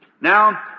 Now